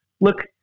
look